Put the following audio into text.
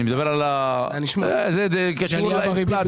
אני מדבר על העלייה באינפלציה.